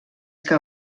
que